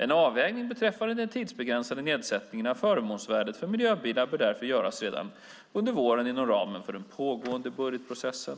En avvägning beträffande den tidsbegränsade nedsättningen av förmånsvärdet för miljöbilar bör därför göras redan under våren inom ramen för den pågående budgetprocessen.